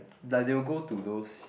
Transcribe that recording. like they will go to those